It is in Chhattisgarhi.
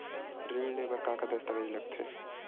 ऋण ले बर का का दस्तावेज लगथे?